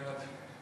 ההצעה להעביר את